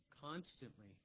constantly